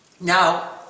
Now